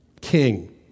king